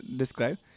describe